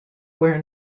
where